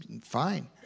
fine